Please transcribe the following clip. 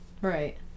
Right